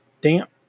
damp